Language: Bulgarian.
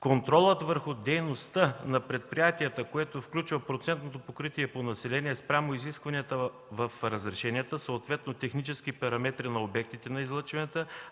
Контролът върху дейността на предприятията, което включва процентното покритие по население спрямо изискванията в разрешенията, съответно технически параметри на обектите на излъчванията,